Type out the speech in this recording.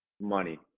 money